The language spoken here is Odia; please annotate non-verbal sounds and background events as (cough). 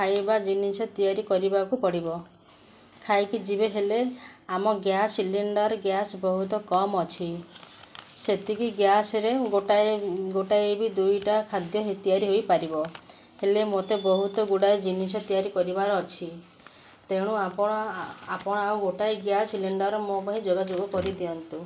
ଖାଇବା ଜିନିଷ ତିଆରି କରିବାକୁ ପଡ଼ିବ ଖାଇକି ଯିବେ ହେଲେ ଆମ ଗ୍ୟାସ୍ ସିଲିଣ୍ଡର୍ ଗ୍ୟାସ୍ ବହୁତ କମ୍ ଅଛି ସେତିକି ଗ୍ୟାସ୍ରେ ଗୋଟାଏ ଗୋଟାଏ ବି ଦୁଇଟା ଖାଦ୍ୟ (unintelligible) ତିଆରି ହୋଇପାରିବ ହେଲେ ମତେ ବହୁତ ଗୁଡ଼ାଏ ଜିନିଷ ତିଆରି କରିବାର ଅଛି ତେଣୁ ଆପଣ ଆପଣ ଆଉ ଗୋଟାଏ ଗ୍ୟାସ୍ ସିଲିଣ୍ଡର୍ ମୋ ପାଇଁ ଯୋଗାଯୋଗ କରିଦିଅନ୍ତୁ